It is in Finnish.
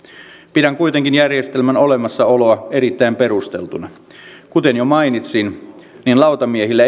pidän kuitenkin järjestelmän olemassaoloa erittäin perusteltuna kuten jo mainitsin niin lautamiehillä